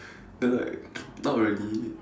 then like not really